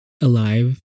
alive